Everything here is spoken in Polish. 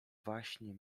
waśń